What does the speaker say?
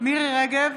מירי מרים רגב,